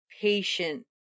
patient